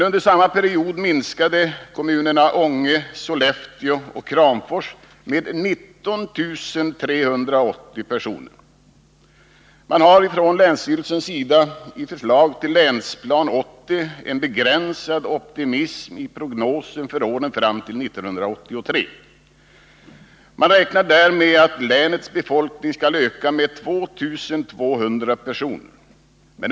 Under samma period minskade kommunerna Ånge, Sollefteå och Kramfors med 19 380 personer. Man har från länsstyrelsens sida i förslag till Länsplan 80 en begränsad optimism i prognosen för åren fram till 1983. Man räknar där med att länets befolkning skall öka med 2 200 personer.